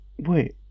Wait